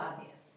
obvious